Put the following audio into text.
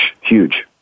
Huge